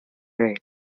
raid